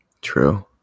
True